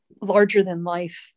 larger-than-life